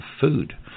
food